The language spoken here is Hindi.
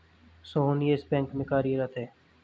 सोहन येस बैंक में कार्यरत है